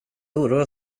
oroa